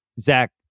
Zach